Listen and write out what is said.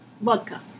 Vodka